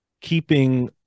keeping